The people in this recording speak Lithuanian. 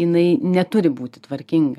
jinai neturi būti tvarkinga